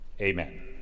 Amen